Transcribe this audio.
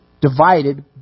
divided